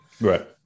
Right